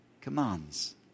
commands